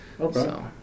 Okay